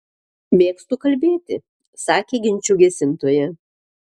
mėgstu kalbėti sakė ginčų gesintoja